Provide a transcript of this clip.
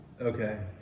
Okay